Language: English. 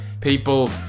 people